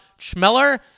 Schmeller